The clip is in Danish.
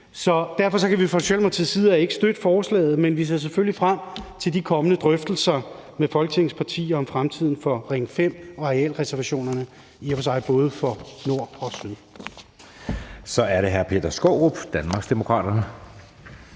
Derfor kan vi fra Socialdemokratiets side ikke støtte forslaget, men vi ser selvfølgelig frem til de kommende drøftelser med Folketingets partier om fremtiden for Ring 5 og arealreservationerne, i og for sig både for nord- og syddelen. Kl. 17:27 Anden næstformand